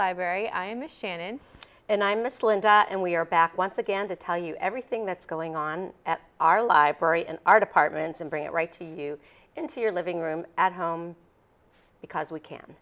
library i am a shannon and i'm this linda and we are back once again to tell you everything that's going on at our library and our departments and bring it right to you into your living room at home because we can